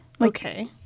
Okay